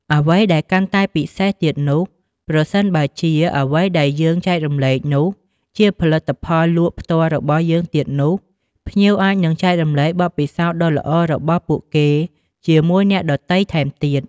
អ្វីដែលកាន់តែពិសេសទៀតនោះ ប្រសិនបើជា អ្វីដែលយើងចែករំលែកនោះ ជាផលិតផលលក់ផ្ទាល់របស់យើងទៀតនោះ ភ្ញៀវអាចនឹងចែករំលែកបទពិសោធន៍ដ៏ល្អរបស់ពួកគេជាមួយអ្នកដទៃថែមទៀត។